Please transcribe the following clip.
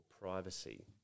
privacy